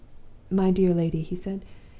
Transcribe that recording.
my dear lady he said,